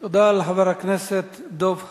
תודה לחבר הכנסת דב חנין.